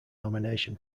nomination